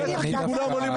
יודע מה זה?